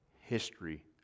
history